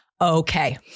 okay